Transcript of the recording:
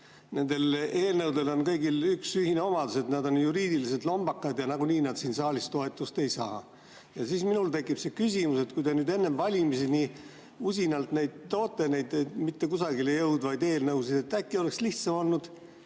Nendel eelnõudel on kõigil üks ühine omadus: nad on juriidiliselt lombakad ja nagunii nad siin saalis toetust ei saa. Minul tekkis küsimus, kui te nüüd enne valimisi nii usinalt neid saali toote – neid mitte kusagile jõudvaid eelnõusid –, äkki oleks lihtsam olnud